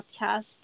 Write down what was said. podcast